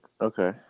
Okay